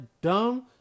dumb